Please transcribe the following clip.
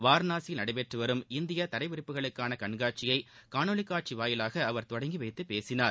வாரனாசியில் நடைபெற்று வரும் இந்திய தரைவிரிப்புகளுக்கான கண்காட்சியை காணொலிக்காட்சி வாயிலாக அவர் தொடங்கிவைத்து பேசினார்